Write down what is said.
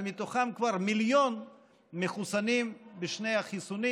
ומתוכם כבר מיליון מחוסנים בשני החיסונים.